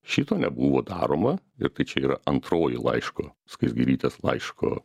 šito nebuvo daroma ir tai čia yra antroji laiško skaisgirytės laiško